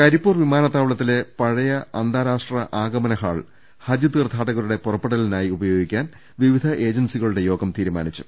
കരിപ്പൂർ വിമാനത്താവളത്തിലെ പഴയ അന്താരാഷ്ട്ര ആഗമന ഹാൾ ഹജ്ജ് തീർഥാടകരുടെ പുറപ്പെടലിനായി ഉപയോഗിക്കാൻ പിവിധ ഏജൻസികളുടെ യോഗം തീരുമാനിച്ചു